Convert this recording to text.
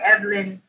Evelyn